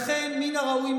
לכן מן הראוי,